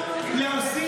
לא הסכמת.